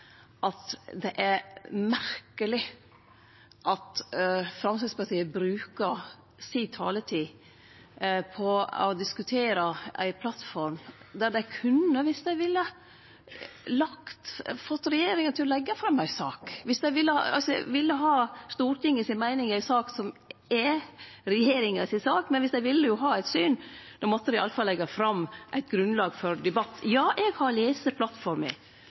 at det er merkeleg at Framstegspartiet brukar taletida si på å diskutere ei plattform der dei kunne – dersom dei ville ha Stortingets meining i ei sak som er regjeringa si sak – fått regjeringa til å leggje fram ei sak. Dersom dei ville ha eit syn, måtte dei i alle fall leggje fram eit grunnlag for debatt. Eg har lese plattforma. Eg personleg synest at ho er vel verd å røyste for, eg støttar regjeringa i det. Men partiet har